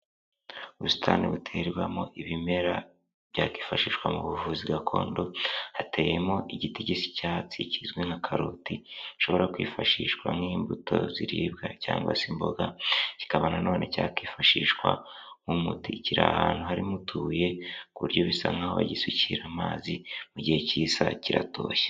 Ubusitani buterwamo ibimera byakwifashishwa mu buvuzi gakondo, hateyemo igiti gisa icyatsi kizwi nka karoti, gishobora kwifashishwa nk'imbuto ziribwa cyangwa se imboga, kikaba nanone cyakwifashishwa nk'umuti, kiri ahantu harimo utubuye ku buryo bisa nk'aho gisukira amazi mu gihe cy'isaha kiratoshye.